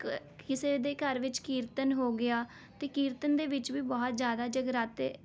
ਕ ਕਿਸੇ ਦੇ ਘਰ ਵਿੱਚ ਕੀਰਤਨ ਹੋ ਗਿਆ ਅਤੇ ਕੀਰਤਨ ਦੇ ਵਿੱਚ ਵੀ ਬਹੁਤ ਜ਼ਿਆਦਾ ਜਗਰਾਤੇ